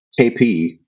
KP